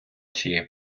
цієї